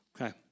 Okay